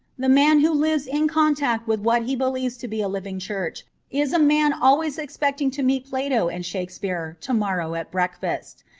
the man who lives in contact with what he believes to be a living church is a man always expecting to meet plato and shakespeare to-morrow at break fast.